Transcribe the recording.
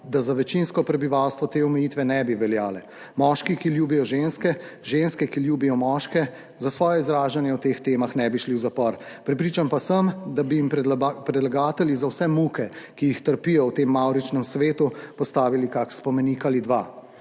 da za večinsko prebivalstvo te omejitve ne bi veljale. Moški, ki ljubijo ženske, ženske, ki ljubijo moške, za svoje izražanje o teh temah ne bi šli v zapor, prepričan pa sem, da bi jim predlagatelji za vse muke, ki jih trpijo v tem mavričnem svetu, postavili kak spomenik ali dva.